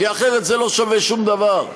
כי אחרת זה לא שווה שום דבר.